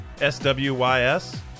S-W-Y-S